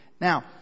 Now